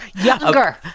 Younger